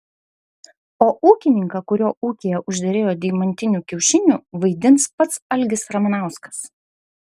o ūkininką kurio ūkyje užderėjo deimantinių kiaušinių vaidins pats algis ramanauskas